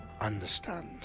understand